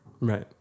Right